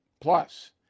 Plus